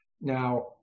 Now